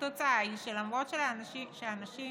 התוצאה היא שלמרות שאנשים